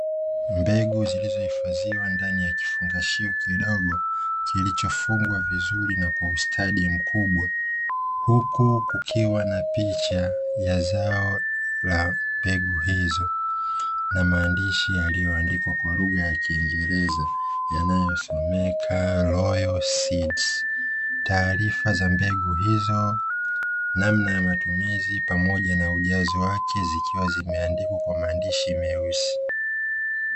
Mbegu zilizohifadhiwa ndani ya kifungashio kidogo kilichofungwa vizuri na kwa ustadi mkubwa, huku kukiwa na picha ya zao la mbegu hizo na maandishi yaliyoandikwa kwa lugha ya kiingereza yanayosomeka "royal seeds" taarifa za mbegu hizo, namna ya matumizi, pamoja na ujazo wake zikiwa zimeandikwa kwa maandishi meusi.